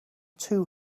too